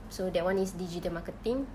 so that [one] is digital marketing